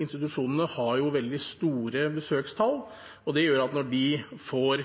institusjonene har veldig store besøkstall, og det gjør at når de får